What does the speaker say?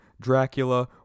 Dracula